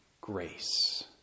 grace